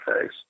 face